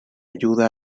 ayuda